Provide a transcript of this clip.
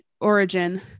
origin